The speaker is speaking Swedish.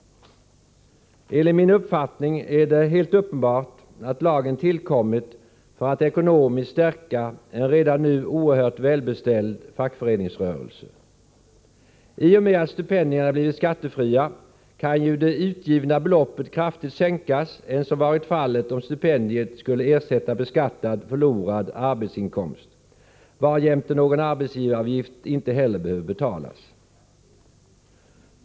Enligt min uppfattning är det helt uppenbart att lagen tillkommit för att ekonomiskt stärka en redan nu oerhört välbeställd fackföreningsrörelse. I och med att stipendierna blivit skattefria kan ju det utgivna beloppet sänkas kraftigt jämfört med vad som skulle varit fallet om stipendiet skulle ersätta beskattad förlorad arbetsinkomst, varjämte någon arbetsgivaravgift inte behöver betalas.